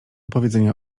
powiedzenia